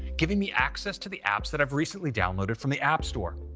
giving me access to the apps that i've recently downloaded from the app store.